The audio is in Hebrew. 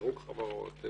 פירוק חברות.